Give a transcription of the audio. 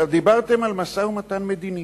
דיברתם על משא-ומתן מדיני.